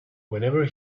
whenever